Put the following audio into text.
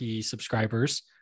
subscribers